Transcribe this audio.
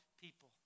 people